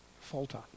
falter